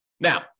Now